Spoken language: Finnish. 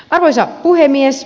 arvoisa puhemies